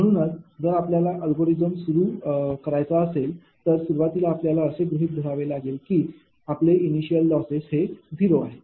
म्हणूनच जर आपल्याला अल्गोरिदम सुरू करायचा असेल तर सुरुवातीला आपल्याला असे गृहीत धरावे लागेल की आपले इनिशियल लॉसेस हे 0 आहेत